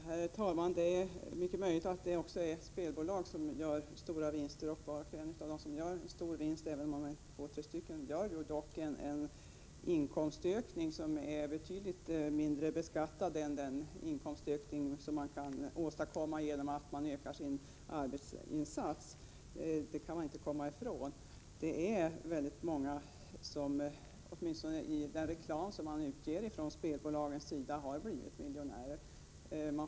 Herr talman! Det är mycket möjligt att det är spelbolagen som gör stora vinster. Var och en av dem som gör dessa stora vinster, även om det är två eller tre tillsammans, får dock en inkomstökning som är betydligt mindre beskattad än den inkomstökning som man kan åstadkomma genom att man ökar sin arbetsinsats. Det kan vi inte komma ifrån. Åtminstone enligt denna reklam som ges ut av spelbolagen är det väldigt många som har blivit miljonärer.